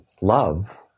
love